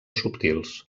subtils